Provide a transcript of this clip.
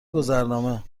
گذرنامه